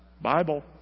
Bible